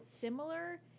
similar